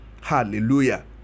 Hallelujah